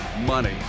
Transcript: money